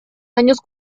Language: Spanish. años